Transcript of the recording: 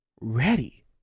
ready